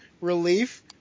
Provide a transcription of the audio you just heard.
relief